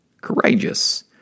courageous